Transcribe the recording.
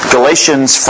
Galatians